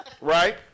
right